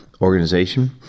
organization